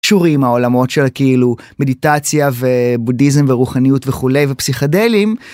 קשורים העולמות של, כאילו, מדיטציה ובודהיזם ורוחניות וכולי ופסיכדלים.